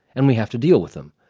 and we have to deal with them,